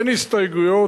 אין הסתייגויות,